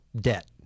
debt